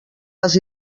les